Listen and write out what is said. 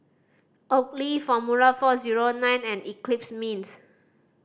Oakley Formula Four Zero Nine and Eclipse Mints